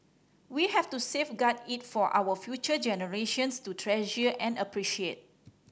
we have to safeguard it for our future generations to treasure and appreciate